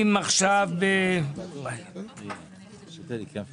בוקר טוב, אני מתכבד לפתוח את ישיבת ועדת הכספים.